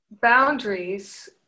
boundaries